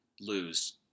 lose